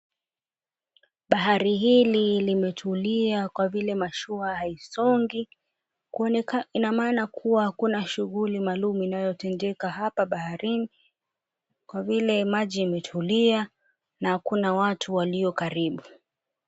Bahari hili limetulia kwa vile mashua haisongi. Ima maana kuwa hakuna shughuli maalumu inayotengeka hapa baharini. Kwa vile maji imetulia na hakuna watu waliokaribu.